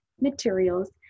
materials